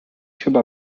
chyba